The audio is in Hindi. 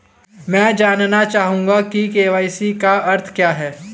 मैं जानना चाहूंगा कि के.वाई.सी का अर्थ क्या है?